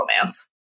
romance